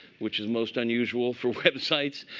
which is most unusual for websites.